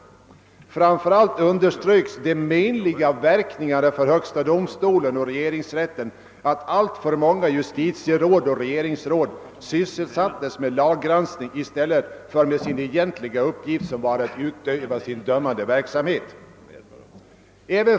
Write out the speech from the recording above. Framför allt underströks de menliga verkningarna för högsta domstolen och regeringsrätten genom att alltför många justitieråd och regeringsråd sysselsattes med laggranskning i stället för med sin egentliga uppgift som var att utöva dömande verksamhet.